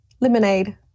Lemonade